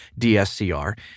DSCR